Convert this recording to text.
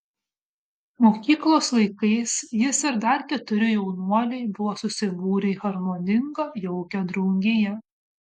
mokyklos laikais jis ir dar keturi jaunuoliai buvo susibūrę į harmoningą jaukią draugiją